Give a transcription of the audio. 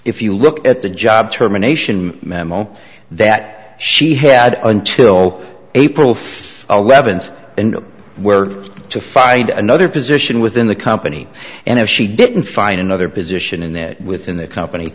if you look at the job terminations memo that she had until april fifth eleventh where to find another position within the company and if she didn't find another position in that within the company